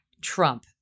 Trump